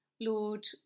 Lord